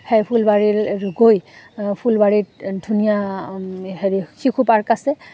সেই ফুলবাৰীৰ গৈ ফুলবাৰীত ধুনীয়া হেৰি শিশু পাৰ্ক আছে